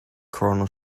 corner